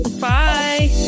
Bye